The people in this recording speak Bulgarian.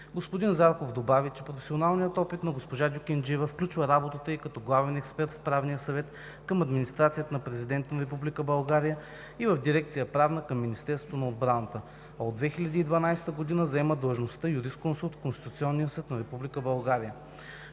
Господин Зарков добави, че професионалният опит на госпожа Дюкенджиева включва работата ѝ като главен експерт в Правния съвет към Администрацията на Президента на Република България и в дирекция „Правна“ към Министерството на отбраната, а от 2012 г. заема длъжността юрисконсулт в Конституционния съд на Република България.